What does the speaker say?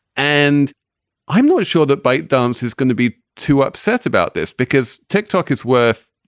and i'm not sure that bite dump's is going to be too upset about this because tick-tock is worth,